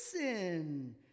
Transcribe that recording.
Listen